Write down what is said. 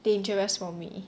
dangerous for me